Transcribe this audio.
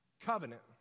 Covenant